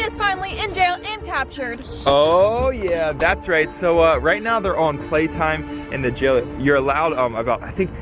finally in jail and captured. oh yeah, that's right. so ah right now they're on play time in the jail. you're allowed um about, think.